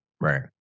Right